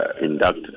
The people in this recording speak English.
induct